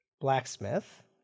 blacksmith